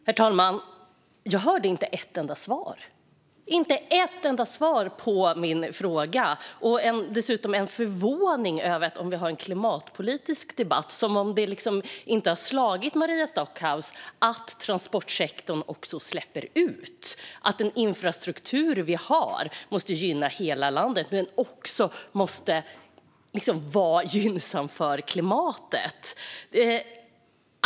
Herr talman! Jag hörde inte ett enda svar på mina frågor. Däremot en förvåning över om det pågår en klimatpolitisk debatt, som om det inte slagit Maria Stockhaus att transportsektorn också släpper ut och att infrastrukturen måste gynna hela landet och även vara gynnsam för klimatet.